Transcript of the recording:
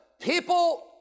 people